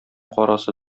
карасы